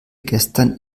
gestern